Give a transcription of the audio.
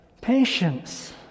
patience